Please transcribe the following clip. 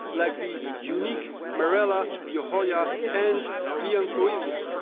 like the unique marella yohoia and leanchoilia.